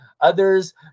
Others